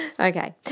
Okay